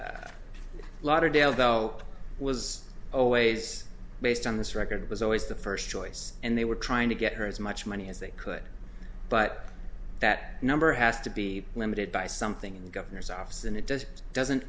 that's lauderdale belle was always based on this record was always the first choice and they were trying to get her as much money as they could but that number has to be limited by something in the governor's office and it just doesn't